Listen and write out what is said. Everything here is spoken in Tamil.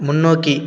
முன்னோக்கி